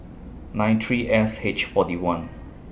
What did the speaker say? nine three S H forty one